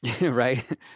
Right